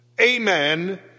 amen